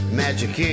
magic